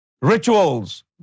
rituals